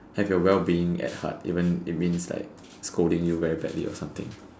have your well-being at heart even it means like scolding you badly or something